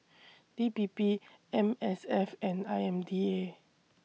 D P P M S F and I M D A